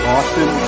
Austin